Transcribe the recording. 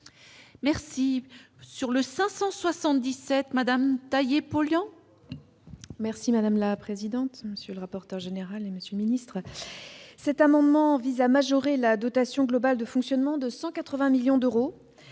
Merci sur le 577 Madame polluant. Merci madame la présidente, monsieur le rapporteur général du ministre, cet amendement vise à majorer la dotation globale de fonctionnement de 180 millions d'euros